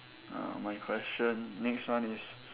uh my question next one is